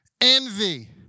envy